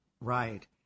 Right